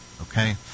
Okay